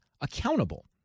accountable